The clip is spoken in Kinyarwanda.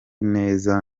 neza